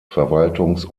verwaltungs